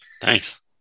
Thanks